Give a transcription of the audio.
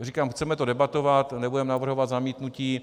Říkám, chceme to debatovat, nebudeme navrhovat zamítnutí.